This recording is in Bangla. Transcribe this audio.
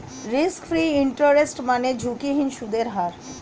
রিস্ক ফ্রি ইন্টারেস্ট মানে ঝুঁকিহীন সুদের হার